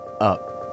up